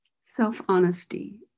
self-honesty